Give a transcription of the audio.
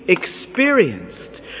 experienced